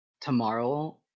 tomorrow